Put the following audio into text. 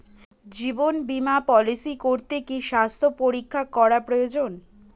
জীবন বীমা পলিসি করতে কি স্বাস্থ্য পরীক্ষা করা প্রয়োজন?